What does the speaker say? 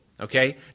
Okay